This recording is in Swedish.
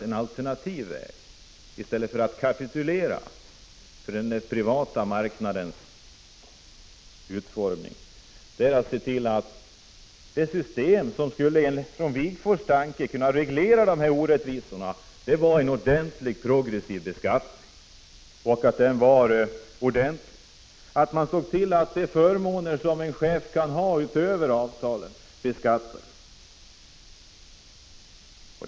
En alternativ väg -— i stället för att kapitulera inför den privata marknadens idéer — är att införa ett system som också enligt Wigforss skulle reglera orättvisorna, dvs. en ordentligt progressiv beskattning. Man skulle se till att de förmåner som en chef kan ha utöver avtalet beskattades.